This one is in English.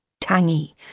tangy